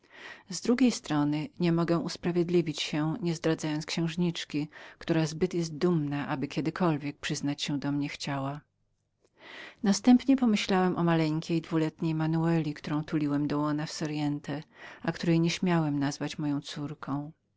z drugiej strony nie mogę usprawiedliwić się nie zdradzając księżniczki która zbyt jest dumną aby kiedykolwiek przyznać się do mnie chciała następnie zamarzyłem o maleńkiej dwuletniej manueli którą tuliłem do łona w soriente a której nie śmiałem nazwać moją córką